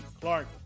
Clark